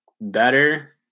better